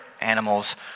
animals